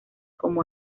como